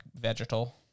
vegetal